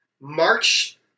March